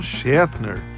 Shatner